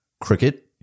cricket